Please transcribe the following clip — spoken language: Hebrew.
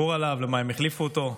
למה הם החליפו אותו.